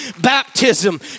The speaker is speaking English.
baptism